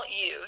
use